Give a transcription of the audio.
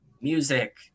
music